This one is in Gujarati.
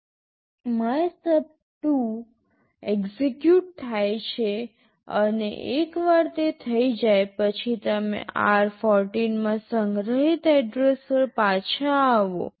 MYSUB2 એક્ઝેક્યુટ થાય છે અને એકવાર તે થઈ જાય પછી તમે r14 માં સંગ્રહિત એડ્રેસ પર પાછા આવો